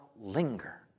linger